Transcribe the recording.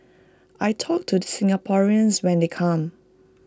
I talk to the Singaporeans when they come